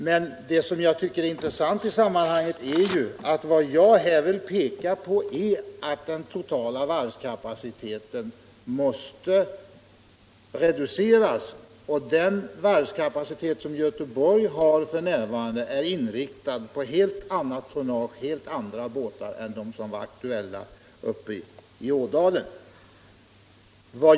Jag tycker emellertid att det är intressant i sammanhanget — och det pekade jag på — att den totala varvskapaciteten måste reduceras. Den varvskapacitet som Göteborg f. n. har är inriktad på ett helt annat tonnage, helt andra båtar än de som var aktuella uppe i Ådalen.